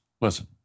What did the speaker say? Listen